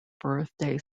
birthday